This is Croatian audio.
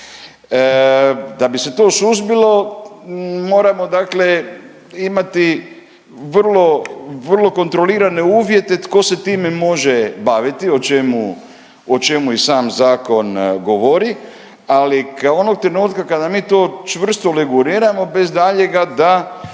Da bi se to suzbilo, moramo dakle imati vrlo, vrlo kontrolirane uvjete tko se time može baviti, o čemu i sam zakon govori, ali kao onog trenutka kada mi to čvrsto reguliramo bez daljnjega da